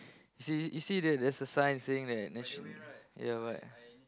you see you see that there's a sign saying that ya why